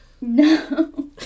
No